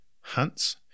hunts